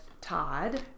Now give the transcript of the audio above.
Todd